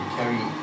carry